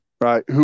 right